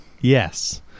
Yes